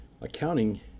Accounting